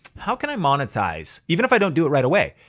how can i monetize even if i don't do it right away.